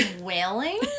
wailing